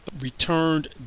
returned